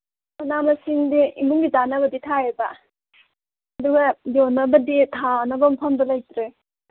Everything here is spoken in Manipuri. ꯃꯅꯥ ꯃꯁꯤꯡꯗꯤ ꯏꯃꯨꯡꯒꯤ ꯆꯥꯅꯕꯗꯤ ꯊꯥꯏꯌꯦꯕ ꯑꯗꯨꯒ ꯌꯣꯟꯅꯕꯗꯤ ꯊꯥꯅꯕ ꯃꯐꯝꯗꯣ ꯂꯩꯇ꯭ꯔꯦ